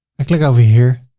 i click over here.